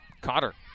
Cotter